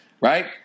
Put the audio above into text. right